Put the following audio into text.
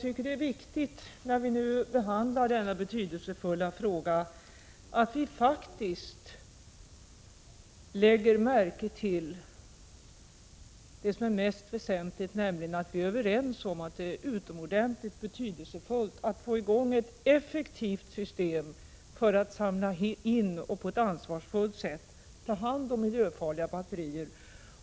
Herr talman! När vi nu behandlar denna betydelsefulla fråga är det viktigt att lägga märke till att det mest väsentliga är att vi faktiskt är överens om att det är av utomordentligt stor vikt att få i gång ett effektivt system för att samla in och på ett ansvarsfullt sätt ta hand om miljöfarliga batterier.